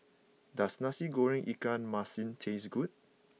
does Nasi Goreng Ikan Masin taste good